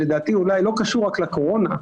שלדעתי אולי לא קשור רק לקורונה,